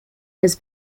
has